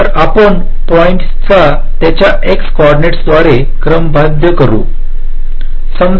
तर आपण पॉईंट्चा त्यांच्या एक्स कॉर्डिनेट्स द्वारे क्रमबद्ध करतो